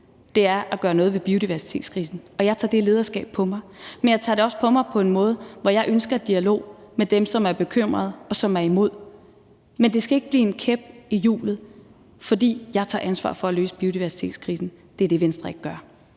til, er at gøre noget ved biodiversitetskrisen. Og jeg tager det lederskab på mig, men jeg tager det er også på mig på en måde, hvor jeg ønsker dialog med dem, som er bekymrede, og som er imod. Men det skal ikke blive en kæp i hjulet, for jeg tager ansvar for at løse biodiversitetskrisen. Det er det, Venstre ikke gør.